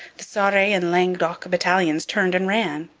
the sarre and languedoc battalions turned and ran.